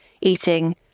eating